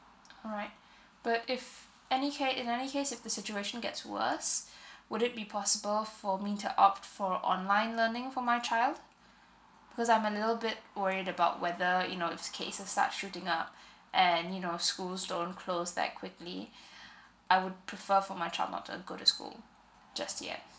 alright the if any ca~ in any case if the situation gets worse would it be possible for me to opt for online learning for my child because I'm a little bit worried about whether you know these cases start shooting up and you know schools don't close that quickly I would prefer for my child not to uh go to school just yet